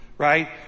Right